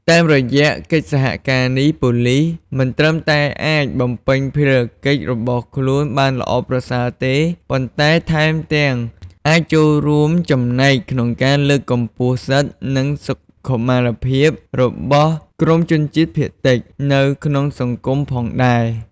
តាមរយៈកិច្ចសហការនេះ ប៉ូលិសមិនត្រឹមតែអាចបំពេញភារកិច្ចរបស់ខ្លួនបានល្អប្រសើរទេ ប៉ុន្តែថែមទាំងអាចចូលរួមចំណែកក្នុងការលើកកម្ពស់សិទ្ធិ និងសុខុមាលភាពរបស់ក្រុមជនជាតិភាគតិចនៅក្នុងសង្គមផងដែរ។